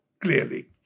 clearly